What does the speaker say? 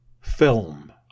film